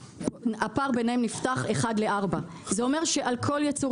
הפער ביניהם נפתח 1:4. זה אומר שעל כל ייצור